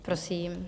Prosím.